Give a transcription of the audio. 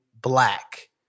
Black